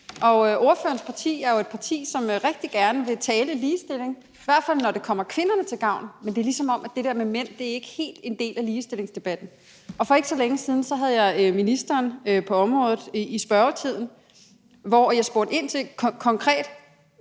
og ordførerens parti er jo et parti, som rigtig gerne vil tale ligestilling, i hvert fald når det kommer kvinderne til gavn, men det er, som om det der med mænd ikke helt er en del af ligestillingsdebatten. For ikke så længe siden havde jeg ministeren på området i spørgetiden, hvor jeg konkret spurgte ind til,